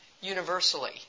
universally